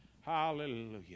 Hallelujah